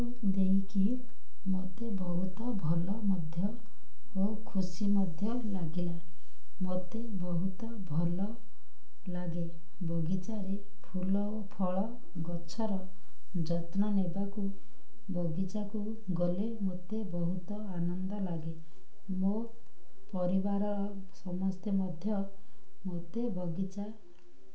ଦେଇକି ମୋତେ ବହୁତ ଭଲ ମଧ୍ୟ ଓ ଖୁସି ମଧ୍ୟ ଲାଗିଲା ମୋତେ ବହୁତ ଭଲ ଲାଗେ ବଗିଚାରେ ଫୁଲ ଓ ଫଳ ଗଛର ଯତ୍ନ ନେବାକୁ ବଗିଚାକୁ ଗଲେ ମୋତେ ବହୁତ ଆନନ୍ଦ ଲାଗେ ମୋ ପରିବାରର ସମସ୍ତେ ମଧ୍ୟ ମୋତେ ବଗିଚା